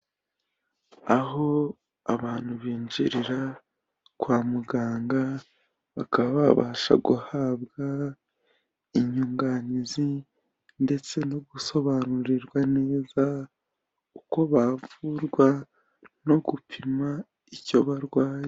Aho abantu binjirira kwa muganga bakaba babasha guhabwa inyunganizi ndetse no gusobanurirwa neza uko bavurwa no gupima icyo barwaye.